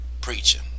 preaching